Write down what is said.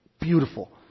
beautiful